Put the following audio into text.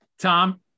Tom